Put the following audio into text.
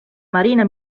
marina